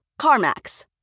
CarMax